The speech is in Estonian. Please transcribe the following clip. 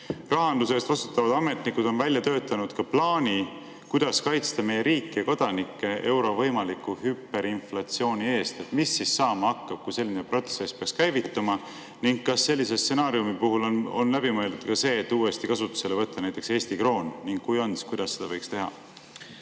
rahanduse eest vastutavad ametnikud on välja töötanud plaani, kuidas kaitsta meie riiki ja kodanikke euro võimaliku hüperinflatsiooni eest? Mis siis saama hakkab, kui selline protsess peaks käivituma? Kas sellise stsenaariumi puhul on läbi mõeldud ka see, et uuesti kasutusele võtta näiteks Eesti kroon? Kui jaa, siis kuidas seda võiks teha?